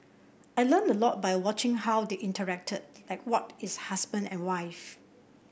I learnt a lot by watching how they interacted like what is husband and wife